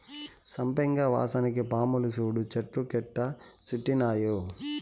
సంపెంగ వాసనకి పాములు సూడు చెట్టు కెట్టా సుట్టినాయో